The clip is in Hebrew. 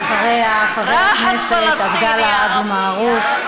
ואחריה, חבר הכנסת עבדאללה אבו מערוף.